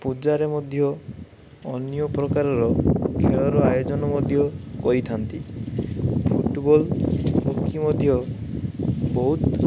ପୂଜାରେ ମଧ୍ୟ ଅନ୍ୟ ପ୍ରକାରର ଖେଳର ଆୟୋଜନ ମଧ୍ୟ କରିଥାନ୍ତି ଫୁଟବଲ ହକି ମଧ୍ୟ ବହୁତ